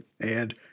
And-